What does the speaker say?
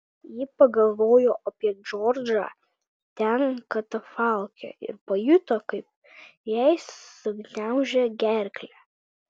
ji pagalvojo apie džordžą ten katafalke ir pajuto kaip jai sugniaužė gerklę